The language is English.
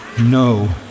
no